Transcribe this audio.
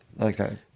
Okay